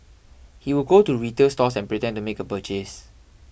he would go to retail stores and pretend to make a purchase